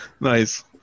Nice